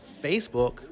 Facebook